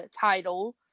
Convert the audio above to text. title